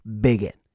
bigot